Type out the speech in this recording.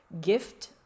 gift